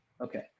Okay